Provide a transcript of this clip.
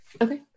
Okay